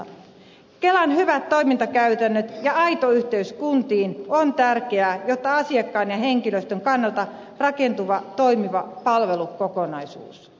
kelan hyvät toimintakäytännöt ja aito yhteys kuntiin ovat tärkeitä jotta asiakkaan ja henkilöstön kannalta rakentuu toimiva palvelukokonaisuus